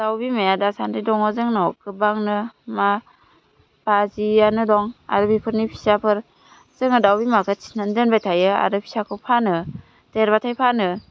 दाव बिमाया दासान्दि दङ जोंनाव गोबांनो मा बाजियानो दं आरो बेफोरनि फिसाफोर जोंहा दाव बिमाखौ थिनानै दोनबाय थायो आरो फिसाखौ फानो देरबाथाय फानो